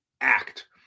act